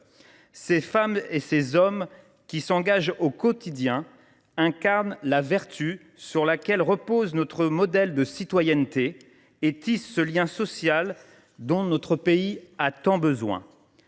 Ces femmes et ces hommes qui s’engagent au quotidien incarnent la vertu sur laquelle repose notre modèle de citoyenneté et tissent ce lien social dont notre pays a tant besoin.